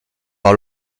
par